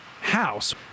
house